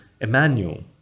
Emmanuel